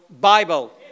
Bible